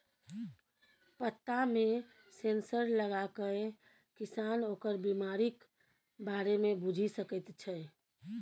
पत्तामे सेंसर लगाकए किसान ओकर बिमारीक बारे मे बुझि सकैत छै